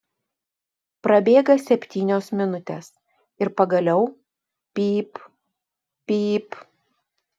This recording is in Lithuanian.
prabėga septynios minutės ir pagaliau pyp pyp